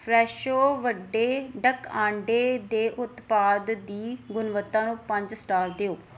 Fresho ਵੱਡੇ duck ਅੰਡੇ ਦੇ ਉਤਪਾਦ ਦੀ ਗੁਣਵੱਤਾ ਨੂੰ ਪੰਜ ਸਟਾਰ ਦਿਓ